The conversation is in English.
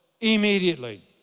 immediately